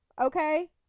Okay